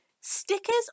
Stickers